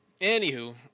Anywho